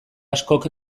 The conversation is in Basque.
askok